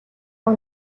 аав